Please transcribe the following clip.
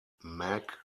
mag